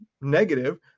negative